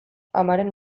amaren